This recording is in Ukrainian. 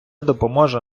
допоможе